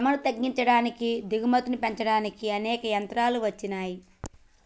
శ్రమను తగ్గించుకోడానికి దిగుబడి పెంచుకోడానికి అనేక యంత్రాలు అచ్చినాయి